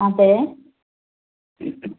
അതേ